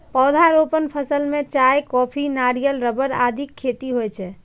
पौधारोपण फसल मे चाय, कॉफी, नारियल, रबड़ आदिक खेती होइ छै